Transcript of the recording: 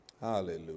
Hallelujah